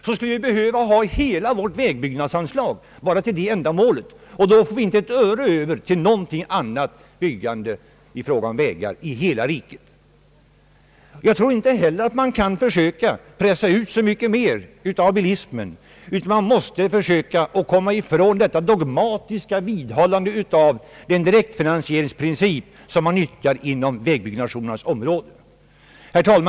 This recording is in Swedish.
Då skulle vi inte få ett öre över till något annat vägbyggande i hela riket. Jag tror inte heller att man kan pressa ut så mycket mer av bilismen, utan man måste försöka komma ifrån detta dogmatiska vidhållande av den direktfinansieringsprincip som man tilllämpar på vägbyggnationens område. Herr talman!